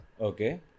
Okay